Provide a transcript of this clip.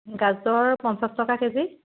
গাজৰ পঞ্চাছ টকা কেজি